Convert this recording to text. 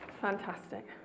Fantastic